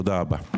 תודה רבה.